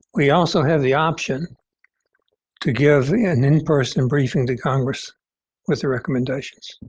we also have the option to give an in-person briefing to congress with the recommendations.